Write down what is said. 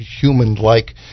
human-like